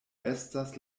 estas